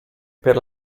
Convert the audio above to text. per